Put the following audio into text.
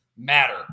matter